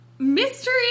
Mystery